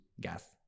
gas